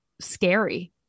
scary